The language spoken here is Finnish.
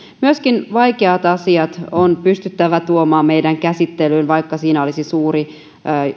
myöskin vaikeat asiat on pystyttävä tuomaan meidän käsittelyyn vaikka siinä olisi suuri